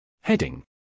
Heading